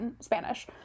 Spanish